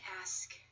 ask